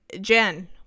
Jen